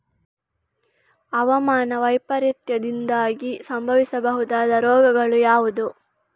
ಹವಾಮಾನ ವೈಪರೀತ್ಯದಿಂದಾಗಿ ಸಂಭವಿಸಬಹುದಾದ ರೋಗಗಳು ಯಾವುದು?